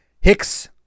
Hicks